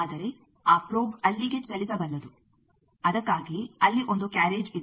ಆದರೆ ಆ ಪ್ರೋಬ್ ಅಲ್ಲಿಗೆ ಚಲಿಸಬಲ್ಲದು ಅದಕ್ಕಾಗಿಯೇ ಅಲ್ಲಿ ಒಂದು ಕ್ಯಾರ್ರೇಜ್ ಇದೆ